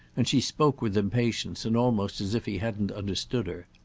and she spoke with impatience and almost as if he hadn't understood her.